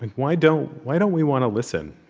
why don't why don't we want to listen?